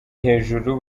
hejuru